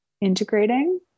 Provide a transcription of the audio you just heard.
Integrating